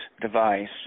device